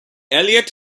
elliott